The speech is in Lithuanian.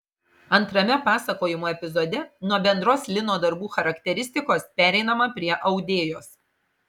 antrame pasakojimo epizode nuo bendros lino darbų charakteristikos pereinama prie audėjos